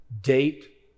date